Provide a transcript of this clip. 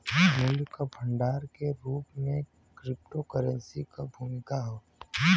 मूल्य क भंडार के रूप में क्रिप्टोकरेंसी क भूमिका हौ